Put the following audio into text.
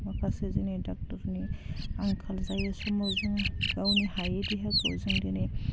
माखासे जोंनि डाक्टरनि आंखाल जायो समाव जों गावनि हायै देहाखौ जों दिनै